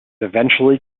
eventually